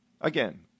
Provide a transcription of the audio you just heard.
Again